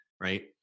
right